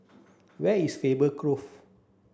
where is Faber Grove